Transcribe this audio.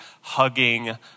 hugging